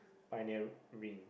pioneer ring